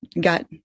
got